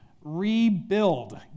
rebuild